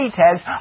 tags